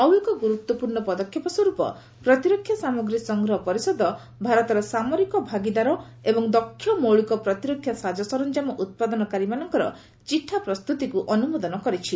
ଆଉ ଏକ ଗୁରୁତ୍ୱପୂର୍ଣ୍ଣ ପଦକ୍ଷେପସ୍ୱରୂପ ପ୍ରତିରକ୍ଷା ସମଗ୍ରୀ ସଂଗ୍ରହ ପରିଷଦ ଭାରତର ସାମରିକ ଭାଗିଦାର ଏବଂ ଦକ୍ଷ ମୌଳିକ ପ୍ରତିରକ୍ଷା ସାଜ ସରଞ୍ଜାମ ଉତ୍ପାଦନକାରୀମାନଙ୍କର ଚିଠା ପ୍ରସ୍ତୁତିକୁ ଅନୁମୋଦନ କରିଛି